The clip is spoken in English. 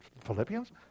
Philippians